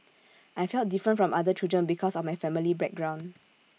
I felt different from other children because of my family background